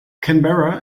canberra